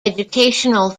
educational